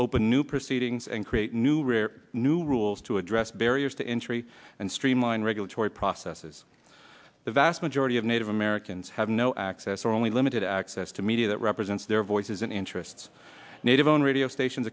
open new proceedings and create new rare new rules to address barriers to entry and streamline regulatory processes the vast majority of native americans have no access or only limited access to media that represents their voices and interests native on radio stations